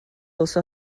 also